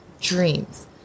dreams